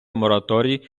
мораторій